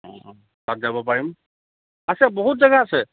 অঁ অঁ তাত যাব পাৰিম আছে বহুত জেগা আছে